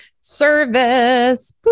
service